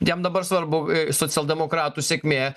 jam dabar svarbu socialdemokratų sėkmė